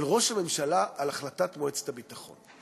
של ראש הממשלה, על החלטת מועצת הביטחון.